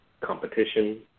competition